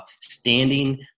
standing